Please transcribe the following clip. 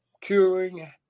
Curing